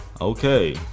okay